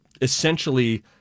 essentially